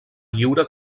lliure